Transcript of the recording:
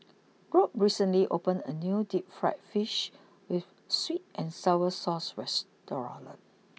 Robt recently opened a new deep Fried Fish with sweet and Sour Sauce restaurant